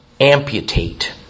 Amputate